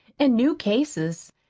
and new cases.